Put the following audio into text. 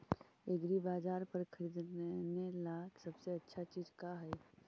एग्रीबाजार पर खरीदने ला सबसे अच्छा चीज का हई?